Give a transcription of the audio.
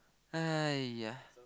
!aiyah!